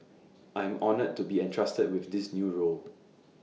I am honoured to be entrusted with this new role